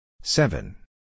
Seven